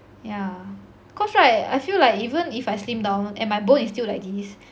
yeah cause right I feel like even if I slim down and my bone is still like this